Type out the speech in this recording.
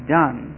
done